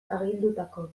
agindutako